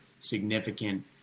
significant